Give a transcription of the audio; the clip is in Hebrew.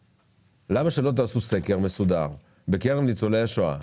למה שלא תעשו סקר מסודר על זה בקרב ניצולי השואה,